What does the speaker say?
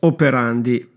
Operandi